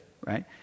right